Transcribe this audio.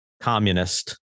communist